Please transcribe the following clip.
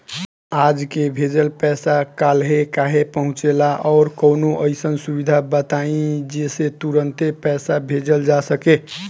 आज के भेजल पैसा कालहे काहे पहुचेला और कौनों अइसन सुविधा बताई जेसे तुरंते पैसा भेजल जा सके?